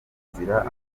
inzira